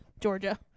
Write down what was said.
Georgia